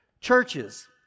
Churches